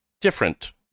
different